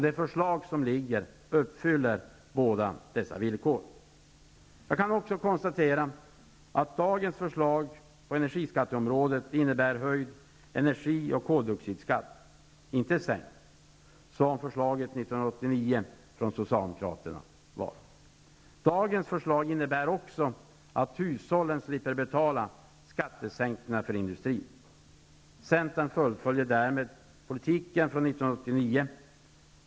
Det förslag som ligger uppfyller båda dessa villkor. Jag kan också konstatera att dagens förslag på energiskatteområdet innebär höjd energi och koldioxidskatt, inte sänkt som förslaget var 1989 från Socialdemokraterna. Dagens förslag innebär också att hushållen slipper betala skattesänkningarna för industrin. Centern fullföljer därmed politiken från 1989.